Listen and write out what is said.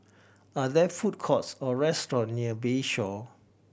are there food courts or restaurant near Bayshore